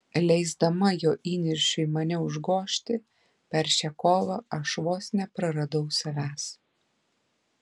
leisdama jo įniršiui mane užgožti per šią kovą aš vos nepraradau savęs